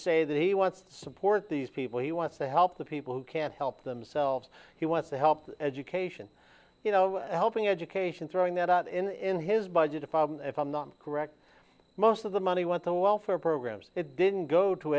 say that he wants support these people he wants to help the people who can't help themselves he wants to help education you know helping education throwing that out in his budget if i if i'm not correct most of the money went to welfare programs it didn't go to